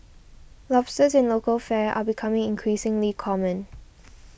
lobsters in local fare are becoming increasingly common